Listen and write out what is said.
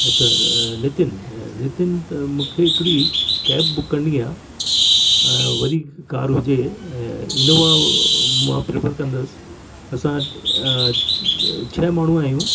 अच्छा नितिन त मबंखे हिकिड़ी कैब बुक करिणी आहे अ वरी कार हुजे ऐं इनोवा मां प्रैफर कंदुसि असां छह माण्हू आहियूं